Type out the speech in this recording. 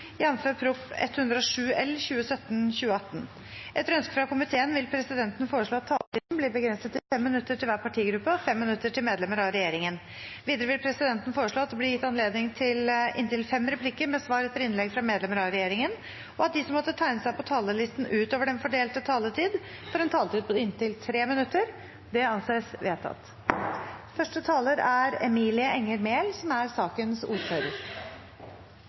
minutter til medlemmer av regjeringen. Videre vil presidenten foreslå at det blir gitt anledning til inntil fem replikker med svar etter innlegg fra medlemmer av regjeringen, og at de som måtte tegne seg på talerlisten utover den fordelte taletid, får en taletid på inntil 3 minutter. – Det anses vedtatt. I dag behandler vi ny lov om arv og dødsboskifte. Jeg vil takke komiteen for et godt samarbeid om det som